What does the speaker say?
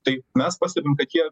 taip mes pastebim kad jie